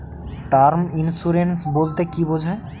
Term insurance বলতে কী বোঝায়?